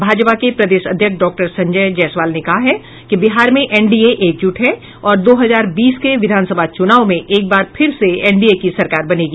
भाजपा के प्रदेश अध्यक्ष डॉक्टर संजय जयसवाल ने कहा है कि बिहार में एनडीए एकजुट है और दो हजार बीस के विधानसभा चुनाव में एक बार फिर से एनडीए की सरकार बनेगी